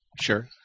Sure